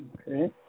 Okay